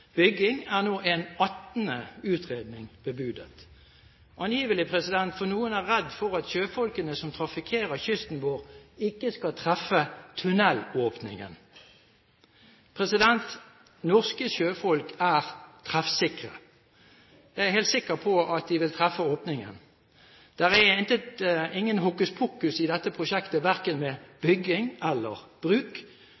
bygging, er nå en attende utredning bebudet, angivelig fordi noen er redd for at sjøfolkene som trafikkerer kysten vår, ikke skal treffe tunnelåpningen. Norske sjøfolk er treffsikre. Jeg er helt sikker på at de vil treffe åpningen. Det er intet hokuspokus i dette prosjektet, verken